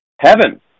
heaven